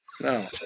No